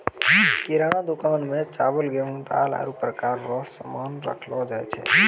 किराना दुकान मे चावल, गेहू, दाल, आरु प्रकार रो सामान राखलो जाय छै